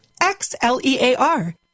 X-L-E-A-R